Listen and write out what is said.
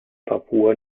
papua